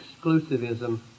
exclusivism